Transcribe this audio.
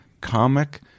comic